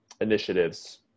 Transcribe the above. initiatives